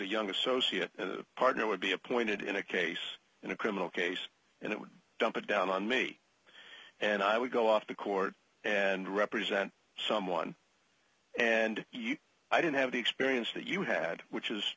young associate in the pardon would be appointed in a case in a criminal case and it would jump down on me and i would go off the court and represent someone and i didn't have the experience that you had which is